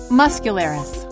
muscularis